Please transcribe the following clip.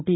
T